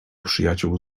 przyjaciół